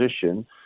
position